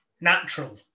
natural